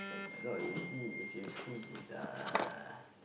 no you see if you see his uh